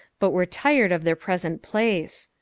but were tired of their present place.